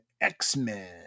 X-Men